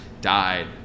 died